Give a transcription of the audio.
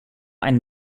ein